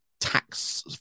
tax